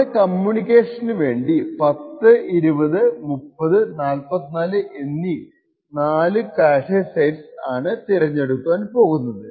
നാമ്മുടെ കമ്മ്യൂണിക്കേഷന് വേണ്ടി 10 20 30 44 എന്നീ 4 ക്യാഷെ സെറ്റ്സ് ആണ് തിരഞ്ഞെടുക്കാൻ പോകുന്നത്